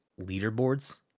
leaderboards